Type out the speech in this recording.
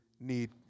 need